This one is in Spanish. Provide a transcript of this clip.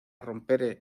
romper